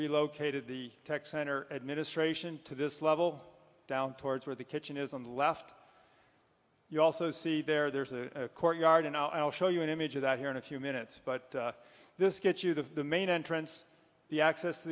relocated the tech center administration to this level down towards where the kitchen is on the left you also see there there's a courtyard and i'll show you an image of that here in a few minutes but this gets you to the main entrance the access to